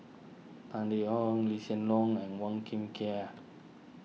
Tan Yeok Lee Hsien Loong and Wong kin Ken